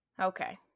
Okay